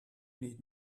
need